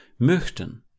MÖCHTEN